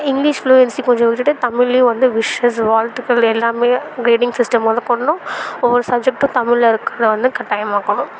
English fluency கொஞ்சம் விட்டுட்டு தமிழ்லையும் வந்து விஷ்ஷஸ் வாழ்த்துக்கள் எல்லாம் கைடிங் சிஸ்டம் முதக்கொண்டும் ஒவ்வொரு சப்ஜெக்ட்டும் தமிழில் இருக்கிறத வந்து கட்டாயமாக்கணும்